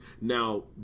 Now